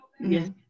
yes